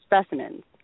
specimens